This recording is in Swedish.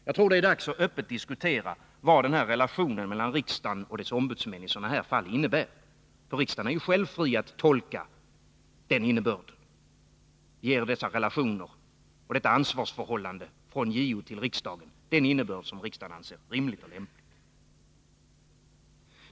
Jag tror det är dags att öppet diskutera vad den här relationen mellan riksdagen och dess ombudsmän i ett fall som detta innebär. Riksdagen är ju fri att själv göra en tolkning och ge denna relation och detta ansvarsförhållande från JO till riksdagen den innebörd som man anser rimlig och lämplig.